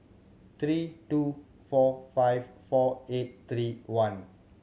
three two four five four eight three one